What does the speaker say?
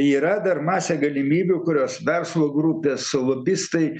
yra dar masė galimybių kurios verslo grupės o lobistai